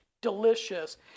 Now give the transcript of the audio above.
delicious